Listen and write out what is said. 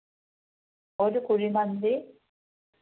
ഒരു കുഴിമന്തി